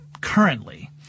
currently